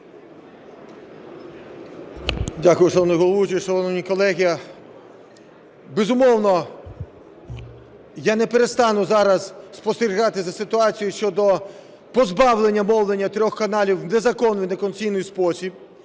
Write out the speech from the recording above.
Дякую, шановний головуючий. Шановні колеги, безумовно, я не перестану зараз спостерігати за ситуацією щодо позбавлення мовлення трьох каналів в незаконний, в неконституційний спосіб.